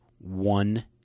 one